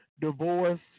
divorce